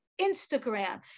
instagram